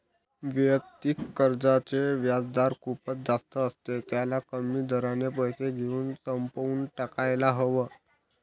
वैयक्तिक कर्जाचे व्याजदर खूप जास्त असते, त्याला कमी दराने पैसे घेऊन संपवून टाकायला हव